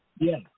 Yes